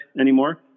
anymore